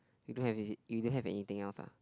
you don't have is it you don't have anything else ah